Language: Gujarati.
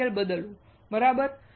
મટીરીયલ બદલવું બરાબર